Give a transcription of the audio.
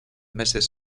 meses